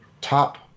top